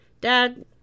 Dad